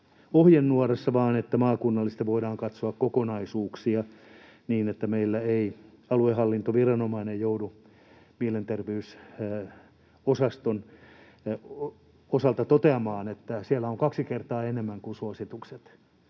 ohjenuorassa vaan maakunnallisesti voidaan katsoa kokonaisuuksia, niin että meillä ei aluehallintoviranomainen joudu mielenterveysosaston osalta toteamaan, että siellä on suosituksia kaksi kertaa enemmän nuoria